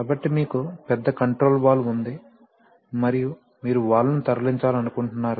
కాబట్టి మీకు పెద్ద కంట్రోల్డ్ వాల్వ్ ఉంది మరియు మీరు వాల్వ్ను తరలించాలనుకుంటున్నారు